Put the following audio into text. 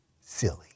silly